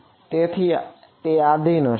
તેથી તે આધીન હશે